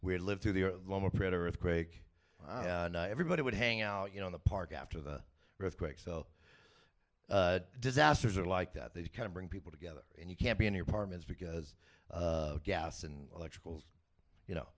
we lived through the loma prieta earthquake everybody would hang out you know in the park after the earthquake cell disasters are like that they kind of bring people together and you can't be any apartments because gas and electric bills you know